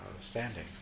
standing